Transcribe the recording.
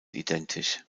identisch